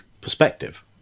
perspective